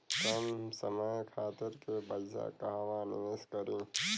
कम समय खातिर के पैसा कहवा निवेश करि?